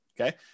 okay